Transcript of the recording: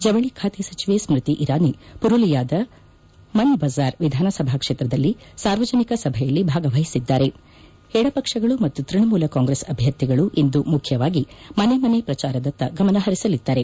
ಜವಳಿಖಾತೆ ಸಚಿವೆ ಸ್ಮೃತಿ ಇರಾನಿ ಮರುಲಿಯಾದ ಮನ್ ಬಜಾರ್ ವಿಧಾನ ಸಭೆ ಕ್ಷೇತ್ರದಲ್ಲಿ ಸಾರ್ವಜನಿಕ ಸಭೆಯಲ್ಲಿ ಭಾಗವಹಿಸಿದ್ದಾರೆ ಎಡಪಕ್ಷಗಳು ಮತ್ತು ತ್ಯಣಮೂಲ ಕಾಂಗ್ರೆಸ್ ಅಭ್ಯರ್ಥಿಗಳು ಇಂದು ಮುಖ್ಯವಾಗಿ ಮನೆ ಮನೆ ಪ್ರಜಾರದತ್ತ ಗಮನಹರಿಸಲಿದ್ದಾರೆ